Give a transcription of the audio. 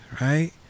right